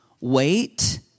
wait